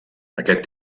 aquest